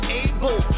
able